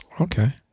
Okay